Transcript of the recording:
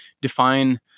define